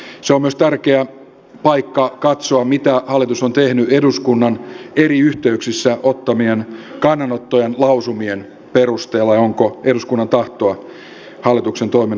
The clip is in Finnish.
se on myös tärkeä paikka katsoa mitä hallitus on tehnyt eduskunnan eri yhteyksissä ottamien kannanottojen lausumien perusteella ja onko eduskunnan tahtoa hallituksen toiminnassa noudatettu